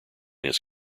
his